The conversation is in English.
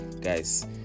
guys